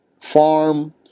farm